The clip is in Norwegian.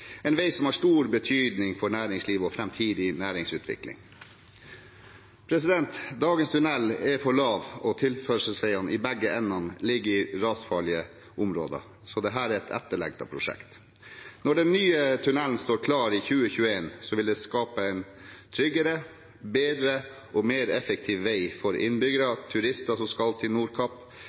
en vei som har stor betydning for næringsliv og framtidig næringsutvikling. Dagens tunnel er for lav, og tilførselsveiene i begge ender ligger i rasfarlige områder, så dette er et etterlengtet prosjekt. Når den nye tunnelen står klar i 2021, vil det skape en tryggere, bedre og mer effektiv vei for innbyggere, turister som skal til